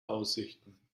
aussichten